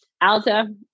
Alta